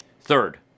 Third